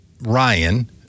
Ryan